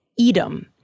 Edom